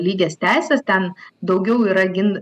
lygias teises ten daugiau yra gin